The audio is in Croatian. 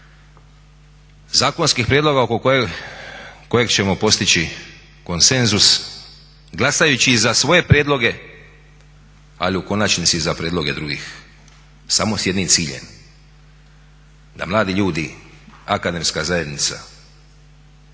zakonskih prijedloga oko kojeg ćemo postići konsenzus glasajući i za svoje prijedloge ali u konačnici i za prijedloge drugih samo s jednim ciljem da mladi ljudi, akademska zajednica